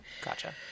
Gotcha